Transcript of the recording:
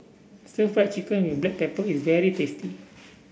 Stir Fried Chicken with Black Pepper is very tasty